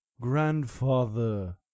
Grandfather